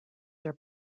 their